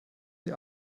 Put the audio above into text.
sie